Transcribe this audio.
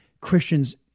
Christians